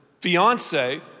fiance